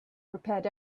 prepared